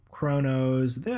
chronos